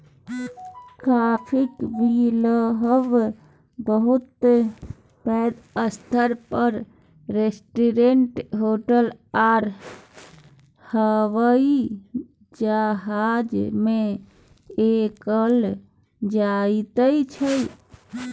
काफीक बिलहब बहुत पैघ स्तर पर रेस्टोरेंट, होटल आ हबाइ जहाज मे कएल जाइत छै